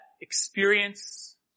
experience